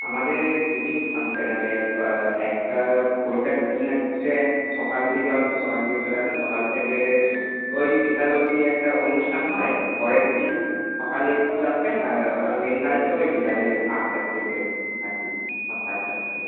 আমাদের দুদিন ফাংশান আছে এক একটা পৈতের দিন হচ্ছে সকাল দিকে অল্প সকাল দিকে চলে আসবেন সকাল থেকে ওই বিকাল অব্দি একটা অনুষ্ঠান হয় পরের দিন সকালে একটু আসবেন আর আর মেন কাজটা ওই বিকেলে আটটার দিকে আর কি সাতটা আটটার দিকে